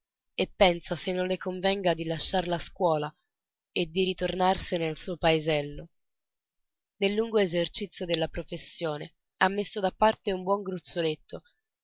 e pensa se non le convenga di lasciare la scuola e di ritornarsene al suo paesello nel lungo esercizio della professione ha messo da parte un buon gruzzoletto